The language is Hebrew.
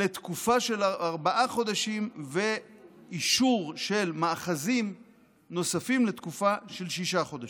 לתקופה של ארבעה חודשים ואישור של מאחזים נוספים לתקופה של שישה חודשים.